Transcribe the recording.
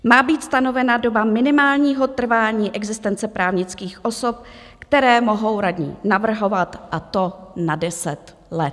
Má být stanovena doba minimálního trvání existence právnických osob, které mohou radní navrhovat, a to na deset let.